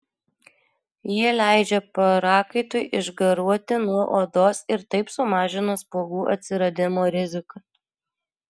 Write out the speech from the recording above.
jie leidžia prakaitui išgaruoti nuo odos ir taip sumažina spuogų atsiradimo riziką